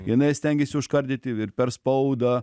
jinai stengėsi užkardyti ir per spaudą